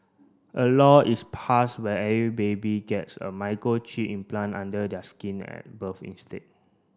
a law is passed where every baby gets a microchip implant under their skin at birth instead